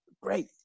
great